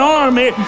army